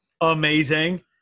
amazing